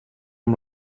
amb